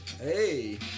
Hey